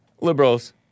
liberals